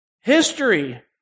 History